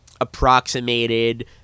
approximated